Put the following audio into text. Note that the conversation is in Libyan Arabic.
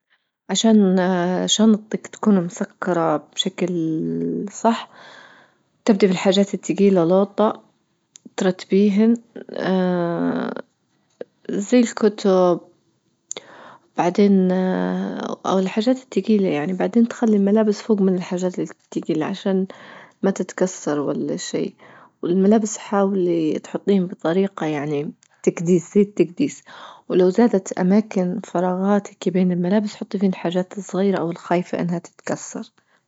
عشان شنطتك تكون مسكرة بشكل صح تبدأ بالحاجات التجيلة لوطة ترتبيهن زي الكتب بعدين أو الحاجات التجيلة يعني، بعدين تخلي الملابس فوج من الحاجات التجيلة عشان ما تتكسر ولا شيء، والملابس حاولي تحطيهم بطريقة يعني تكدس هيك تكديس ولو زادت أماكن فراغاتك بين الملابس حطيتي فيهن الحاجات الصغيرة أو الخايفة أنها تكسر.